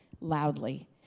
loudly